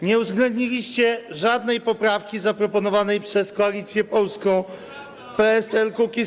Nie uwzględniliście żadnej poprawki zaproponowanej przez Koalicję Polską - PSL - Kukiz15.